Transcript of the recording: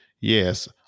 yes